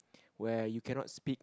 where you cannot speak